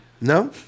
No